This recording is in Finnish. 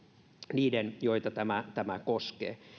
niiden joita tämä tämä koskee